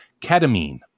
ketamine